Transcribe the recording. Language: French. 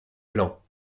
plans